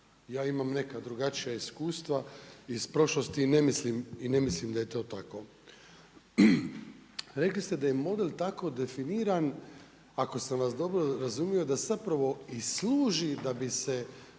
Ja imam neka drugačija iskustva i ne mislim da je to tako. Rekli ste da je model tako definiran, ako sam vas dobro razumio da zapravo i služi da bi se